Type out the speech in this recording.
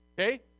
okay